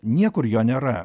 niekur jo nėra